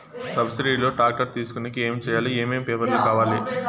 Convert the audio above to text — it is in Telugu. సబ్సిడి లో టాక్టర్ తీసుకొనేకి ఏమి చేయాలి? ఏమేమి పేపర్లు కావాలి?